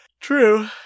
True